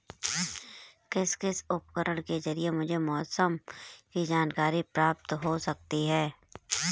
किस किस उपकरण के ज़रिए मुझे मौसम की जानकारी प्राप्त हो सकती है?